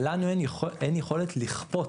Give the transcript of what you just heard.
אבל לנו אין יכולת לכפות